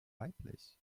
weiblich